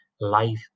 life